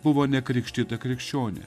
buvo nekrikštyta krikščionė